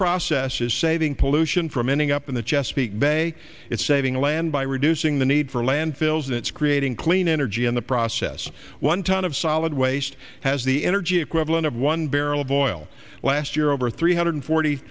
process is saving pollution from ending up in the chesapeake bay it's saving the land by reducing the need for landfills and it's creating clean energy in the process one ton of solid waste has the energy equivalent of one barrel of oil last year over three hundred forty